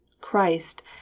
Christ